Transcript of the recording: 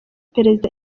perezida